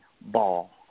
ball